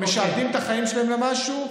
משעבדים את החיים שלהם למשהו,